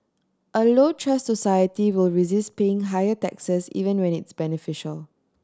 a low trust society will resist paying higher taxes even when it's beneficial